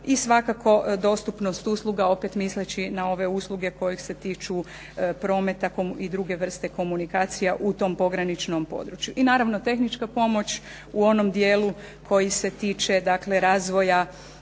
i svakako dostupnost usluga, opet misleći na ove usluge koje se tiču prometa i druge vrste komunikacija u tom pograničnom području. I naravno tehnička pomoć u onom dijelu koji se tiče dakle